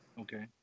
Okay